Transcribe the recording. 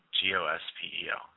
G-O-S-P-E-L